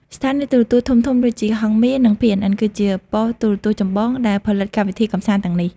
ស្ថានីយទូរទស្សន៍ធំៗដូចជា ហង្សមាស និង PNN គឺជាប៉ុស្ត៍ទូរទស្សន៍ចម្បងដែលផលិតកម្មវិធីកម្សាន្តទាំងនេះ។